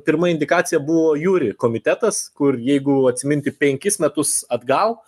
pirma indikacija buvo juri komitetas kur jeigu atsiminti penkis metus atgal